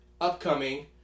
upcoming